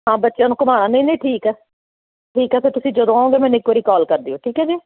ਹਾਂ ਬੱਚਿਆਂ ਨੂੰ ਘੁਮਾ ਨਹੀਂ ਨਹੀਂ ਠੀਕ ਆ ਠੀਕ ਆ ਫਿਰ ਤੁਸੀਂ ਜਦੋਂ ਆਓਗੇ ਮੈਨੂੰ ਇੱਕ ਵਾਰੀ ਕਾਲ ਕਰ ਦਿਓ ਠੀਕ ਹੈ ਜੀ